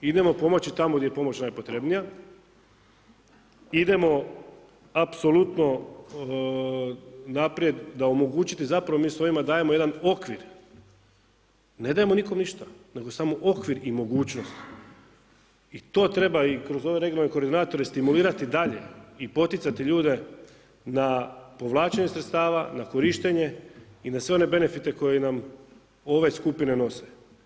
Idemo pomoći tamo gdje je pomoć najpotrebnija, idemo apsolutno naprijed da omogućimo, zapravo mi s ovim dajemo jedan okvir, ne dajemo nikome ništa, nego samo okvir i mogućnost i to treba i kroz ove regionalne koordinatore stimulirati dalje i poticati ljude na povlačenje sredstava na korištenje i na sve one benefite koji nam ove skupine nose.